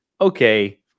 Okay